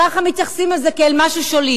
כך מתייחסים אל זה, כאל משהו שולי.